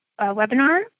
webinar